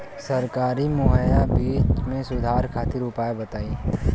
सरकारी मुहैया बीज में सुधार खातिर उपाय बताई?